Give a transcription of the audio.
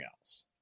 else